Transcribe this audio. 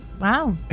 wow